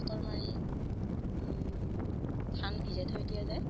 tractor মাৰি ধান ভিজাই থৈ দিয়া যায়